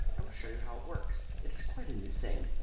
i will show you how it works. it is quite a new thing.